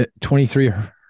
23